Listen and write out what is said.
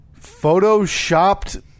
photoshopped